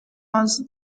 was